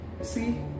See